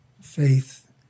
faith